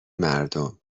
مردم